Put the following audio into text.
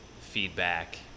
feedback